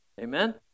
Amen